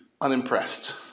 unimpressed